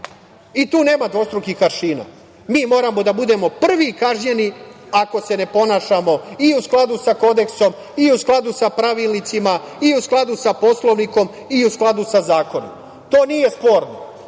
Tu nema dvostrukih aršina. Mi moramo da budemo prvi kažnjeni ako se ne ponašamo i u skladu sa kodeksom i u skladu sa pravilnicima i u skladu sa Poslovnikom i u skladu sa zakonom. To nije sporno.